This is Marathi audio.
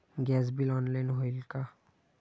गॅस बिल ऑनलाइन होईल का?